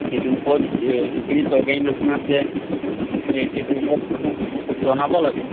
সেইটো ওপৰত যিখিনি চৰকাৰী মানুহ আছে এই সেইটো ওপৰত মানুহক জনাব লাগে